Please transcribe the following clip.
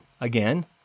again